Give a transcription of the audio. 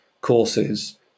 courses